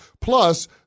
Plus